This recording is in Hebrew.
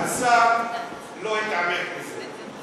השר לא התעמק בזה,